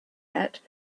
yet